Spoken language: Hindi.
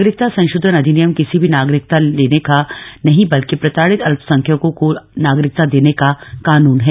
नागरिकता संशोधन अधिनियम किसी की नागरिकता लेने का नहीं बल्कि प्रताड़ित अल्पसंख्यकों को नागरिकता देने का कानून है